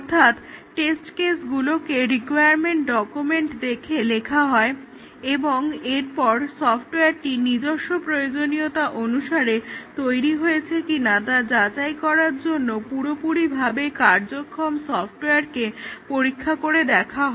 অর্থাৎ টেস্ট কেসগুলোকে requirement document দেখে লেখা হয় এবং এরপর সফটওয়ারটি নিজস্ব প্রয়োজনীয়তা অনুসারে তৈরি হয়েছে কিনা তা যাচাই করার জন্য পুরোপুরিভাবে কার্যক্ষম সফটওয়্যারকে পরীক্ষা করে দেখা হয়